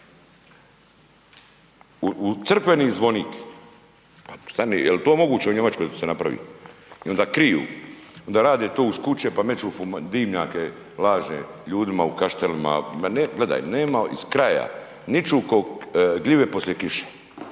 U crkveni zvonik, stani, je li to moguće u Njemačkoj da se napravi i onda kriju, onda rade to uz kuće pa meću dimnjake lažne ljudima u Kaštelima, ma ne, gledaj, nema iz kraja, niču kao gljive poslije kiše.